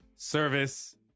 Service